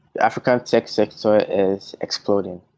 african tech sector is exploding,